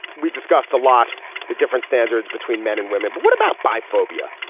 we discussed a lot the different standards between men and women. but what about by phobia.